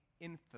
infamous